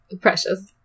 precious